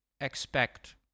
expect